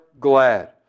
glad